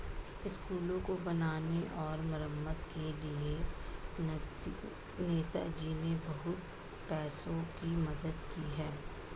स्कूलों को बनाने और मरम्मत के लिए नेताजी ने बहुत पैसों की मदद की है